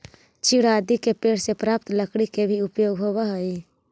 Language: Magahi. चीड़ आदि के पेड़ से प्राप्त लकड़ी के भी उपयोग होवऽ हई